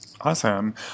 Awesome